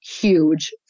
huge